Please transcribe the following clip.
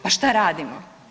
Pa šta radimo?